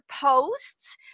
posts